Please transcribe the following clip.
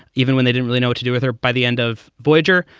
even when they didn't really know what to do with her by the end of voyager.